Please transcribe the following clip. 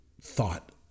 thought